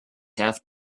half